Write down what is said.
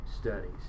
studies